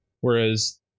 Whereas